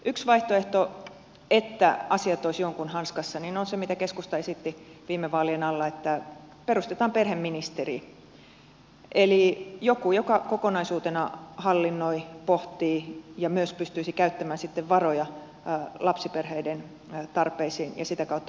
yksi vaihtoehto että asiat olisivat jonkun hanskassa olisi se mitä keskusta esitti viime vaalien alla että perustetaan perheministeri eli joku joka kokonaisuutena hallinnoi pohtii ja myös pystyisi käyttämään sitten varoja lapsiperheiden tarpeisiin ja sitä kautta hoitamaan myös näitä syrjäytymisongelmia